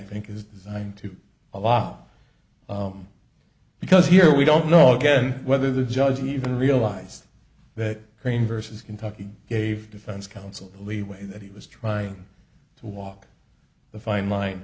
think is designed to allow because here we don't know again whether the judge even realized that dream versus kentucky gave defense counsel leeway that he was trying to walk the fine line